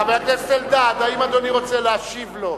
חבר הכנסת אלדד, האם אדוני רוצה להשיב לו?